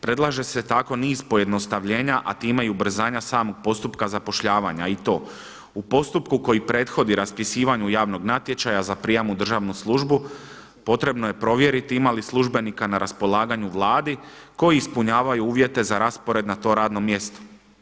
Predlaže se tako niz pojednostavljenja a time i ubrzanja samog postupka zapošljavanja i to u postupku koji prethodi raspisivanju javnog natječaja za prijam u državnu službu potrebno je provjeriti ima li službenika na raspolaganju Vladi koji ispunjavaju uvjete za raspored na to radno mjesto.